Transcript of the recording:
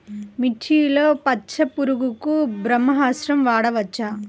మిర్చిలో పచ్చ పురుగునకు బ్రహ్మాస్త్రం వాడవచ్చా?